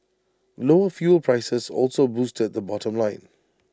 lower fuel prices also boosted the bottom line